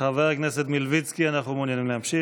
חבר הכנסת מלביצקי, אנחנו מעוניינים להמשיך.